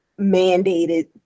mandated